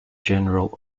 general